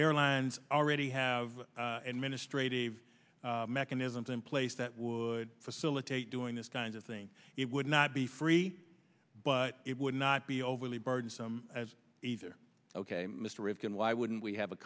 airlines already have administrative mechanisms in place that would facilitate doing this kind of thing it would not be free but it would not be overly burdensome either ok mr rivkin why wouldn't we have a